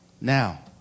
Now